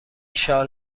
شال